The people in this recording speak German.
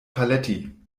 paletti